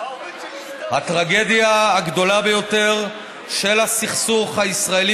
"הטרגדיה הגדולה ביותר של הסכסוך הישראלי